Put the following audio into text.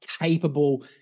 capable